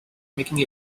making